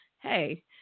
hey